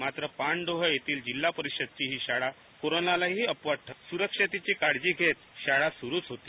मात्र पांडव येथील जिल्हा परिषदची ही शाळा कोरोनालाही अपवार ठरत सुरक्षेची काळजी घेत शाळा सुरूच होती